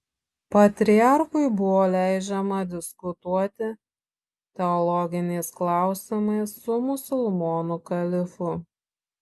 patriarchui buvo leidžiama diskutuoti teologiniais klausimais su musulmonų kalifu